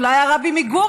אולי הרבי מגור,